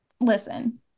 listen